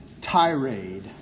tirade